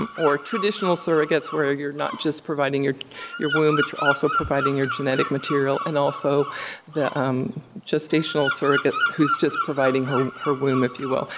um or traditional surrogates, where you're not just providing your your womb, but you're also providing your genetic material, and also the gestational surrogate who's just providing her her womb, if you will.